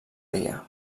dia